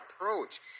approach